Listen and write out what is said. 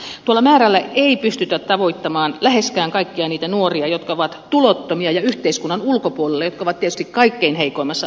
tuolla määrällä ei pystytä tavoittamaan läheskään kaikkia niitä nuoria jotka ovat tulottomia ja yhteiskunnan ulkopuolella ja jotka ovat tietysti kaikkein heikoimmassa asemassa